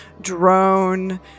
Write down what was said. drone